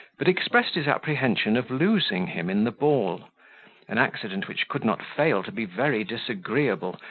but expressed his apprehension of losing him in the ball an accident which could not fail to be very disagreeable,